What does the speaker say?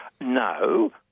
No